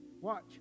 Watch